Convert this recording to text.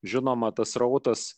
žinoma tas srautas